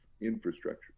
infrastructure